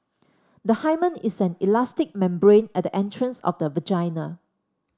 the hymen is an elastic membrane at the entrance of the vagina